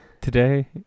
Today